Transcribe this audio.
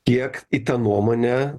kiek į tą nuomonę